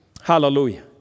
hallelujah